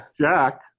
Jack